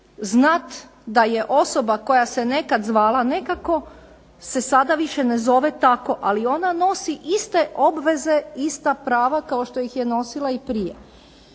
znati da je osoba koja se nekada zvala nekako se sada više ne zove tako, ali ona nosi iste obveze, ista prava kao što ih je nosila i prije.